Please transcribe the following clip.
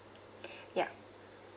yup